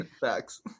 Facts